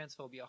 transphobia